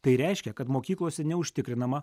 tai reiškia kad mokyklose neužtikrinama